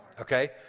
Okay